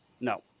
No